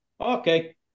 Okay